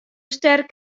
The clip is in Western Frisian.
sterk